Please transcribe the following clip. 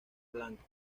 blanco